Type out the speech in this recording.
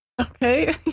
okay